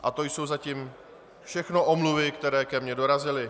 A to jsou zatím všechny omluvy, které ke mně dorazily.